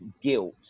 guilt